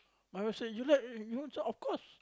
my wife say you like this one of course